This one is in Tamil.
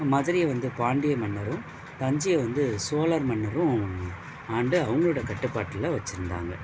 மதுரையை வந்து பாண்டிய மன்னரும் தஞ்சையை வந்து சோழர் மன்னரும் ஆண்டு அவங்களோட கட்டுப்பாட்டில வச்சிருந்தாங்க